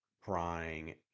crying